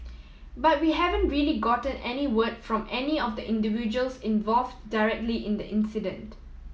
but we haven't really gotten any word from any of the individuals involve directly in the incident